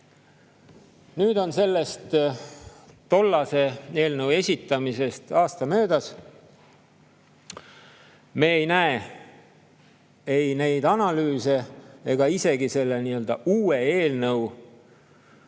Nüüd on tollase eelnõu esitamisest aasta möödas. Me ei näe ei neid analüüse ega isegi selle nii-öelda